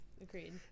Agreed